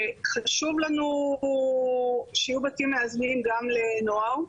חשוב לנו שיהיו בתים מאזנים גם לנוער,